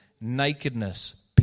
nakedness